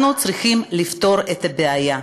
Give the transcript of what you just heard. אנחנו צריכים לפתור את הבעיה.